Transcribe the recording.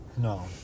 No